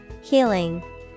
Healing